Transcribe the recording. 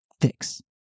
fix